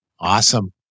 Awesome